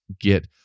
get